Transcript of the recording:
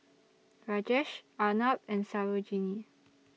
Rajesh Arnab and Sarojini